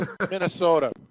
Minnesota